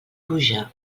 pluja